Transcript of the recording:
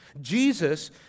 Jesus